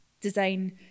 design